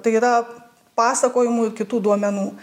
tai yra pasakojimų ir kitų duomenų